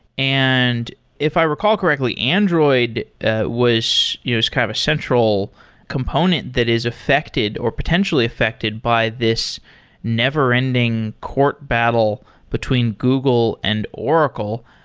and if i recall correctly, android was kind of a central component that is affected or potentially affected by this never ending court battle between google and oracle.